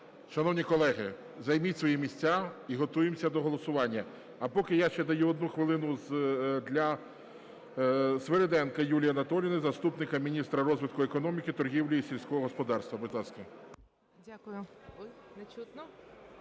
Шановні колеги, займіть свої місця і готуємося до голосування. А поки я ще даю одну хвилину для Свириденко Юлії Анатоліївні заступнику міністра розвитку економіки, торгівлі і сільського господарства. Будь